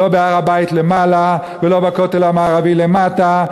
לא בהר-הבית למעלה ולא בכותל המערבי למטה,